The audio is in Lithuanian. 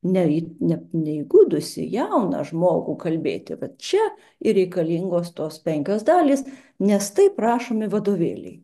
ne ryt ne neįgudusį jauną žmogų kalbėti vat čia ir reikalingos tos penkios dalys nes taip rašomi vadovėliai